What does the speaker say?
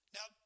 Now